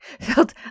felt